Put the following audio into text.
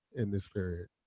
in this period?